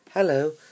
Hello